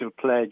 pledge